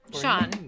Sean